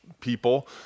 people